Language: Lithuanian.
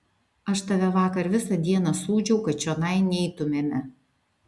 aš tave vakar visą dieną sūdžiau kad čionai neitumėme